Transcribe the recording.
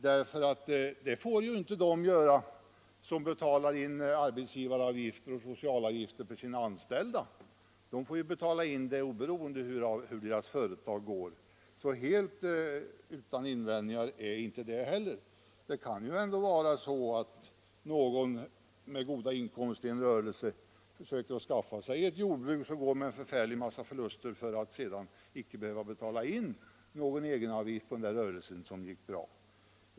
Det får ju inte de göra som betalar in arbetsgivaroch socialavgifter för sina anställda. De får betala in dessa avgifter oberoende av hur deras företag går. Så helt utan invändningar är inte detta heller. Det kan vara så att någon med goda inkomster i en rörelse försöker skaffa sig ett jordbruk som går med stor förlust för att icke behöva betala någon egenavgift på den rörelse som går bra.